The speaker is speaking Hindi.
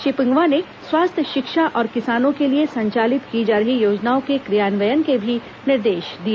श्री पिंगुआ ने स्वास्थ्य शिक्षा और किसानों के लिए संचालित की जा रही योजनाओं के क्रियान्वयन के भी निर्देश दिए